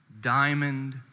diamond